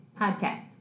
Podcast